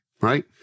Right